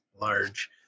large